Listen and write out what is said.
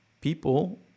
people